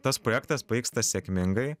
tas projektas pavyksta sėkmingai